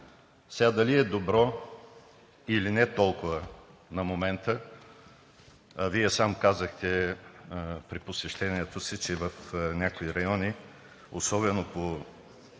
Сега дали е добро или не, толкова на момента – Вие сам казахте при посещението си, че в някои райони особено по